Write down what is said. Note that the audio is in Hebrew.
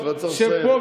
פה,